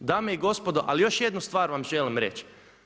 Dame i gospodo, ali još jednu stvar vam želim reći.